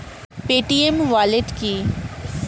Paytm wallet কি?